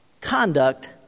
Conduct